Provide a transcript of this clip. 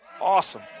awesome